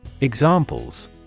Examples